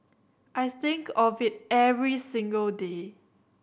I think of it every single day